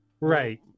Right